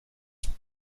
estás